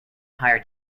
higher